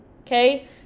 okay